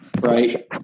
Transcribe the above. right